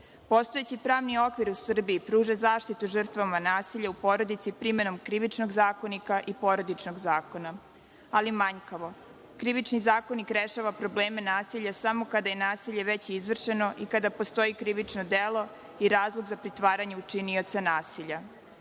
porodici. Postojeći pravni okvir u Srbiji pruža zaštitu žrtvama nasilja u porodici primenom Krivičnog zakonika i Porodičnog zakona, ali manjkavo. Krivični zakonik rešava probleme nasilja samo kada je nasilje već izvršeno i kada postoje krivična delo i razlog za pretvaranje u činioca nasilja.